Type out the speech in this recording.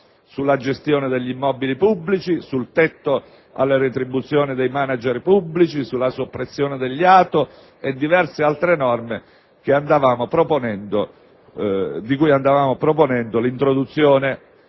sulla gestione degli immobili pubblici, sul tetto alle retribuzioni dei *manager* pubblici, sulla soppressione degli ATO e diverse altre norme di cui andavamo proponendo l'introduzione.